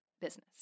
Business